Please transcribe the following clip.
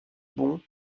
bons